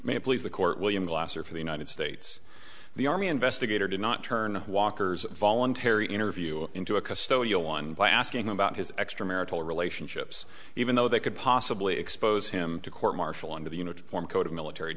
may it please the court william glasser for the united states the army investigator did not turn walker's voluntary interview into a custodial one by asking about his extramarital relationships even though they could possibly expose him to court martial under the uniform code of military